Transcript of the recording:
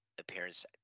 appearance